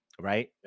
Right